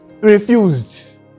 Refused